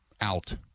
out